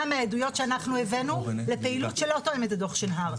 מהעדויות שהבאנו לפעילות שלא תואמת את דוח שנהר.